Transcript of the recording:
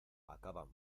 acaban